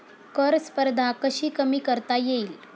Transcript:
कर स्पर्धा कशी कमी करता येईल?